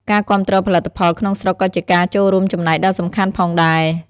ការគាំទ្រផលិតផលក្នុងស្រុកក៏ជាការចូលរួមចំណែកដ៏សំខាន់ផងដែរ។